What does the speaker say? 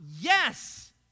Yes